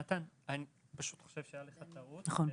נתן, אני חושב שהייתה לך טעות, ב-1(1)